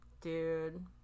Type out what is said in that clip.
Dude